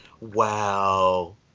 Wow